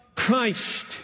Christ